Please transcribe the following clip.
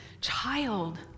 child